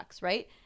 Right